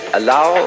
allow